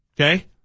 okay